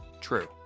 True